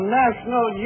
national